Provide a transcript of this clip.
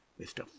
mr